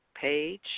page